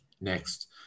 next